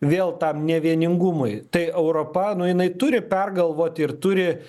vėl tam nevieningumui tai europa nu jinai turi pergalvot ir turi